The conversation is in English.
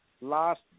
Last